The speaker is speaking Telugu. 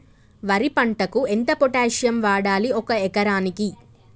వరి పంటకు ఎంత పొటాషియం వాడాలి ఒక ఎకరానికి?